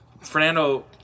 Fernando